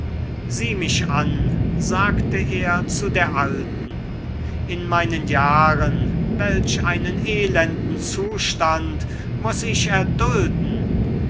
sieh mich an sagte er zu der alten in meinen jahren welch einen elenden zustand muß ich erdulden